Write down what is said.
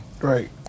right